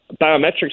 biometrics